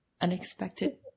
unexpected